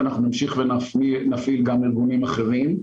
ואנחנו נמשיך ונפעיל גם ארגונים אחרים.